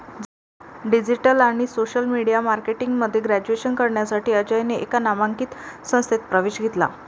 digital आणि social media marketing मध्ये graduation करण्यासाठी अजयने एका नामांकित संस्थेत प्रवेश घेतला